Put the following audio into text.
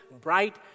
bright